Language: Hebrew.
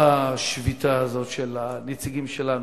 בשביתה הזו של הנציגים שלנו.